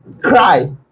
cry